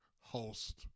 host